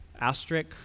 asterisk